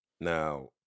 Now